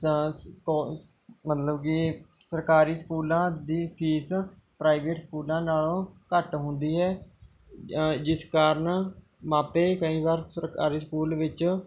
ਜਾਂ ਸਕੋ ਮਤਲਬ ਕਿ ਸਰਕਾਰੀ ਸਕੂਲਾਂ ਦੀ ਫੀਸ ਪ੍ਰਾਈਵੇਟ ਸਕੂਲਾਂ ਨਾਲ਼ੋਂ ਘੱਟ ਹੁੰਦੀ ਹੈ ਜਿਸ ਕਾਰਨ ਮਾਪੇ ਕਈ ਵਾਰ ਸਰਕਾਰੀ ਸਕੂਲ ਵਿੱਚ